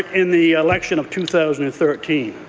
in the election of two thousand and thirteen.